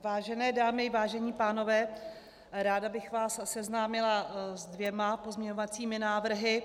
Vážené dámy, vážení pánové, ráda bych vás seznámila s dvěma pozměňovacími návrhy.